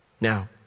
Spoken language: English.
Now